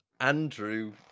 Andrew